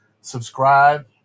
Subscribe